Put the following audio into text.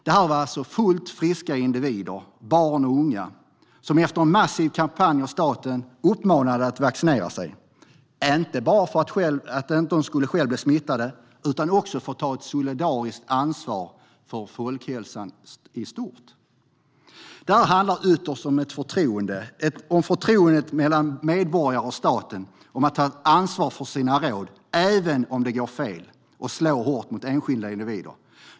Det här var alltså fullt friska individer, barn och unga, som i en massiv kampanj av staten uppmanades att vaccinera sig, inte bara för att de själva inte skulle bli smittade utan också för att man skulle ta ett solidariskt ansvar för folkhälsan i stort. Det handlar ytterst om förtroende, om förtroendet mellan medborgare och staten, och om att ta ansvar för sina råd även om det går fel och slår hårt mot enskilda individer.